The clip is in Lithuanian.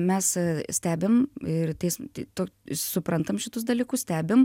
mes stebim ir teis to suprantam šitus dalykus stebim